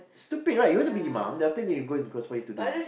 stupid right you want to be mom then after that you conspire to do this